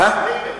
ע'ימ"ל?